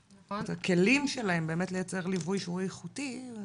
הכלים שלהם באמת לייצר ליווי שהוא איכותי.